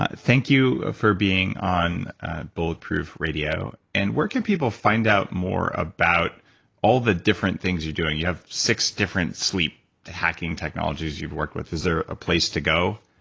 ah thank you ah for being on bulletproof radio. and where can people find out more about all the different things you're doing? you have six different sleep hacking technologies you've worked with, is there a place to go?